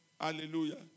Hallelujah